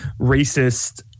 racist